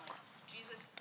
Jesus